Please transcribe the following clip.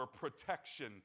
protection